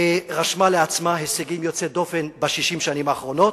ורשמה לעצמה הישגים יוצאי דופן ב-60 השנים האחרונות,